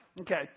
Okay